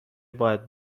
باید